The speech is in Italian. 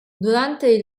durante